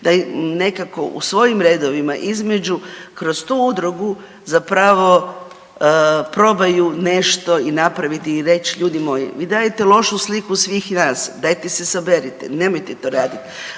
da nekako u svojim redovima između kroz tu udrugu zapravo probaju nešto i napraviti i reć, ljudi moji vi dajete lošu sliku svih nas, dajte se saberite, nemojte to radit,